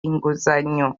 inguzanyo